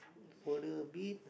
further a bit